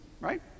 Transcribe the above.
right